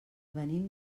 venim